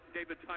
David